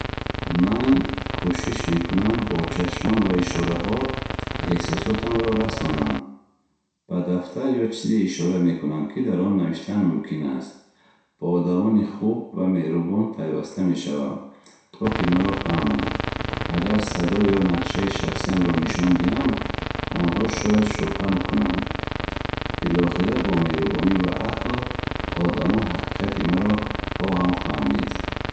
Ман кӯшиш мекунам, бо чашмон ва ишораҳо эҳсосотамро расонам. Ба дафтар ё чизе ишора мекунам, ки дар он навиштан мумкин аст. Бо одамони хуб ва меҳрубон пайваста мешавам, то ки маро фаҳманд. Агар садо ё нақшаи шахсиямро нишон диҳам, онҳо шояд шубҳа кунанд. Билохира, бо меҳрубонӣ ва ақл одамон ҳақиқати маро хоҳанд фаҳмид.